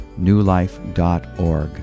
newlife.org